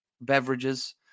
beverages